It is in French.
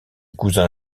cousin